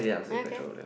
okay